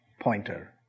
pointer